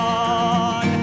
on